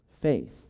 Faith